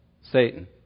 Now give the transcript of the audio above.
Satan